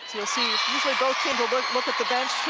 both teams will look look at the bench